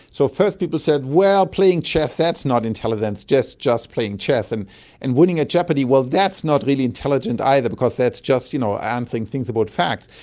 so first people said, well, playing chess, that's not intelligence, that's just playing chess. and and winning at jeopardy, well, that's not really intelligence either because that's just you know answering things about facts.